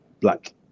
black